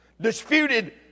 disputed